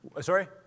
sorry